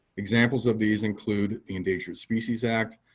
examples of these include the endangered species act,